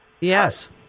Yes